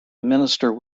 minister